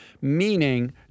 meaning